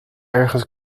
ergens